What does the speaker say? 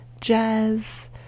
jazz